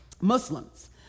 Muslims